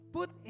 Put